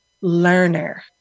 learner